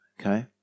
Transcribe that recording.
Okay